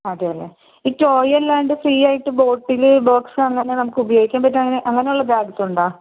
അതെല്ലേ ഈ ടോയ് അല്ലാണ്ട് ഫ്രീ ആയിട്ട് ബോട്ടിൽ ബോക്സ് അങ്ങനെ നമുക്ക് ഉപയോഗിക്കാൻ പറ്റുന്ന അങ്ങനെയുള്ള ബാഗ് ഒക്കെ ഉണ്ടോ